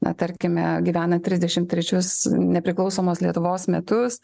na tarkime gyvena trisdešimt trečius nepriklausomos lietuvos metus